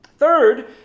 Third